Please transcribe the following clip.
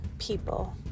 people